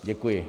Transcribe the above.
Děkuji.